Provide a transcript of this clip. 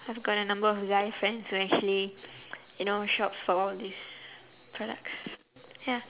I've got a number of guy friends who actually you know shops for all these products ya